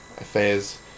affairs